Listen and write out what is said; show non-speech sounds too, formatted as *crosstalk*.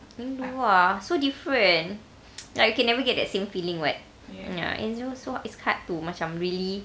rindu ah so different *noise* like you can never get the same feeling [what] ya and it's also it's hard to macam really